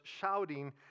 shouting